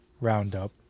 roundup